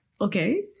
okay